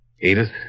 Edith